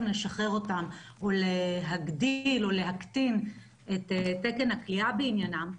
לשחרר אותם או להגדיל או להקטין את תקן הכליאה בעניינם,